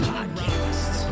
Podcast